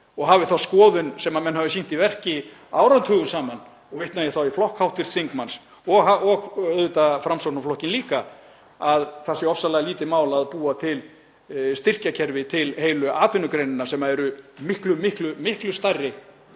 og hafa þá skoðun, sem menn hafa sýnt í verki áratugum saman, og vitna ég þá í flokk hv. þingmanns og auðvitað Framsóknarflokkinn líka, að það sé ofsalega lítið mál að búa til styrkjakerfi til heilu atvinnugreinarinnar sem eru miklu, miklu stærri